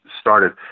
started